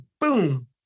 boom